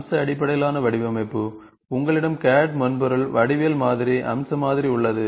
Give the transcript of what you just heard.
அம்ச அடிப்படையிலான வடிவமைப்பு உங்களிடம் CAD மென்பொருள் வடிவியல் மாதிரி அம்ச மாதிரி உள்ளது